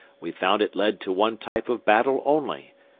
we found it led to one type of battle only,